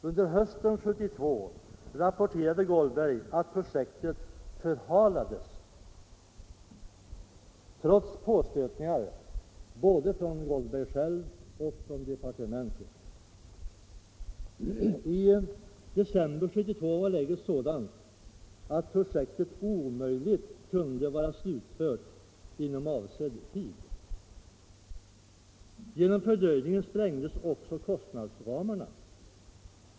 Under hösten 1972 rapporterade Goldberg att projektet förhalades, trots påstötningar från honom själv och från departementet. I december 1972 var läget sådant att projektet omöjligt kunde bli slutfört inom avsedd tid. Genom fördröjningen sprängdes också kostnadsramarna.